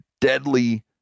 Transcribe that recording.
deadly